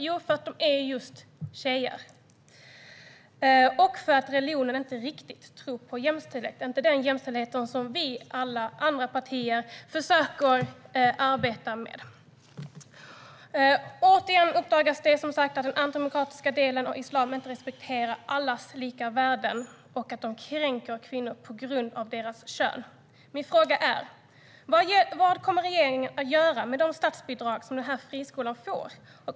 Jo, för att de är just tjejer, och för att religionen inte riktigt tror på jämställdhet - inte på den jämställdhet som alla vi andra försöker att arbeta med. Återigen uppdagas det att den antidemokratiska delen av islam inte respekterar allas lika värde och att man kränker kvinnor på grund av deras kön. Vad kommer regeringen att göra med de statsbidrag som denna friskola får?